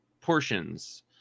portions